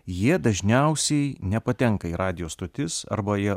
jie dažniausiai nepatenka į radijo stotis arba jie